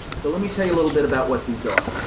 so let me tell a little bit about what these are.